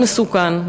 מאוד מסוכן,